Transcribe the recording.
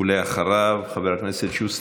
אחריו, חבר הכנסת שוסטר.